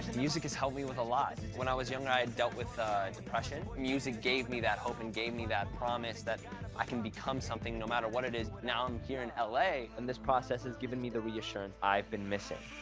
and music has helped me with a lot. when i was younger, i had dealt with depression. music gave me that hope and gave me that promise that i can become something, no matter what it is. now, i'm here in la. and this process has given me the reassurance i've been missing.